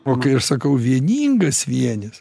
o kai aš sakau vieningas vienis